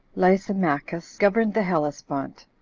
lysimachus governed the hellespont,